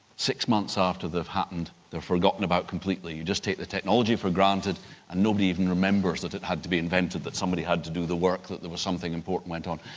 six months after they've happened they're forgotten about completely. you just take the technology for granted and nobody even remembers that it had to be invented, that somebody had to do the work, that there was something important went on.